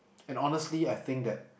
and honestly I think that